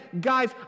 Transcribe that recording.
Guys